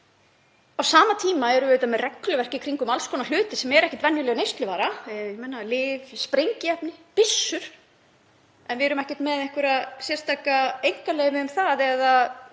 Á sama tíma erum við með regluverk í kringum alls konar hluti sem eru ekki venjuleg neysluvara; lyf, sprengiefni, byssur, en við erum ekki með einhver sérstök einkaleyfi um það eða